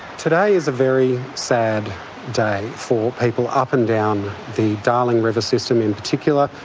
today is a very sad day for people up and down the darling river system in particular,